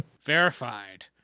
Verified